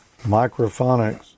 microphonics